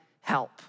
help